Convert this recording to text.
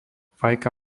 fajka